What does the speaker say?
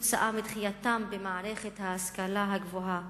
כתוצאה מדחייתם במערכת ההשכלה הגבוהה.